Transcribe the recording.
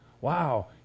Wow